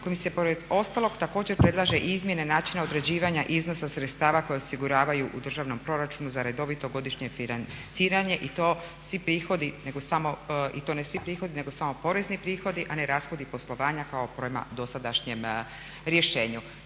kojim se pored ostalog također predlaže i izmjena načina određivanja iznosa sredstava koje osiguravaju u državnom proračunu za redovito godišnje financiranje i to svi prihodi, nego samo, i to ne svi prihodi nego samo porezni prihodi, a ne rashodi poslovanja kao prema dosadašnjem rješenju.